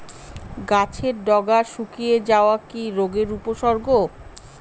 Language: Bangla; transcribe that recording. গাছের ডগা শুকিয়ে যাওয়া কি রোগের উপসর্গ?